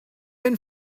been